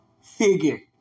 figure